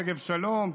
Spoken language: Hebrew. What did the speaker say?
שגב שלום,